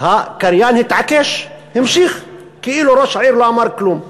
הקריין התעקש, המשיך כאילו ראש העיר לא אמר כלום.